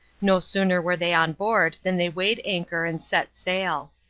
no sooner were they on board than they weighed anchor and set sail.